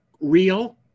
real